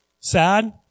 sad